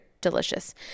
delicious